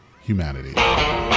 Humanity